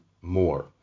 more